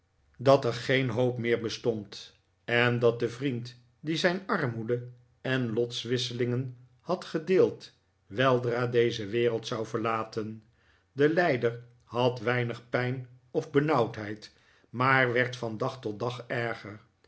geen hoop meer bestond en dat de vriend die zijn armoede en lotswisselingen had ge deeld weldra deze wereld zou verlaten de lijder had weinig pijn of benauwdheid maar werd van dag tot dag erger